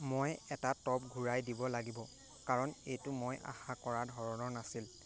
মই এটা টপ ঘুৰাই দিব লাগিব কাৰণ এইটো মই আশা কৰা ধৰণৰ নাছিল